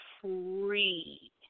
free